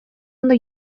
ondo